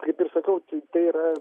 kaip ir sakiau tai yra